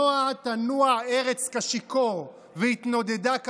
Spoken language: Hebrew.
"נוע תנוע ארץ כשִׁכור והתנודדה כמלונה".